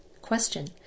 Question